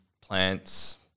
plants